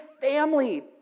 family